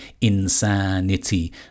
insanity